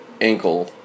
ankle